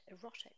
erotic